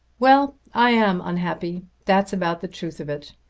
well i am unhappy. that's about the truth of it.